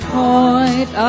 point